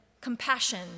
compassion